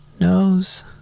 nose